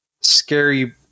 scary